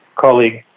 colleague